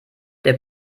der